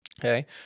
Okay